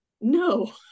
no